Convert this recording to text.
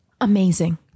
Amazing